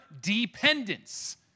dependence